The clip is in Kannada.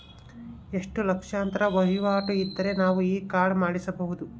ಎಷ್ಟು ಲಕ್ಷಾಂತರ ವಹಿವಾಟು ಇದ್ದರೆ ನಾವು ಈ ಕಾರ್ಡ್ ಮಾಡಿಸಬಹುದು?